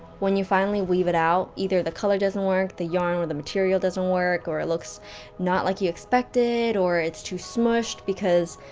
when you finally weave it out, either the color doesn't work, the yarn, or the material doesn't work, or it looks not like you expected, or it's too smooshed, because.